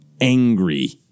angry